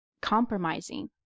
compromising